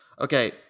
okay